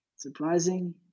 Surprising